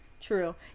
true